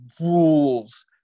rules